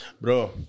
Bro